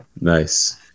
nice